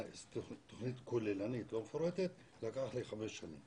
תוכנית כוללנית, זה לקח לי חמש שנים.